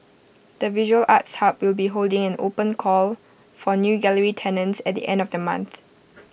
the visual arts hub will be holding an open call for new gallery tenants at the end of the month